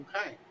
Okay